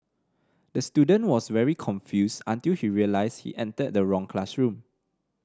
the student was very confused until he realised he entered the wrong classroom